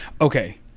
okay